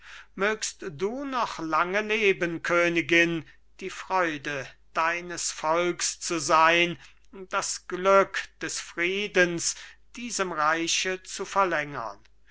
mögst du noch lange leben königin die freude deines volks zu sein das glück des friedens diesem reiche zu verlängern